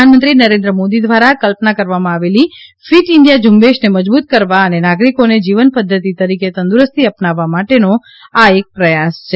પ્રધાનમંત્રી નરેન્દ્ર મોદી દ્વારા કલ્પના કર વામાં આવેલી ફીટ ઈન્ડિયા ઝુંબેશને મજબૂત કરવા અને નાગરિકોને જીવનપદ્વતિ તરીકે તંદુરસ્તી અપનાવવા માટેનો આ એક પ્રયાસ છે